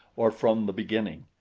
or from the beginning.